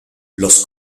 los